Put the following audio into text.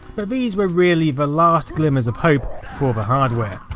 but these were really the last glimmers of hope for the hardware.